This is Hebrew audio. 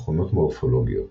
תכונות מורפולוגיות